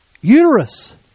uterus